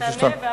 תענה.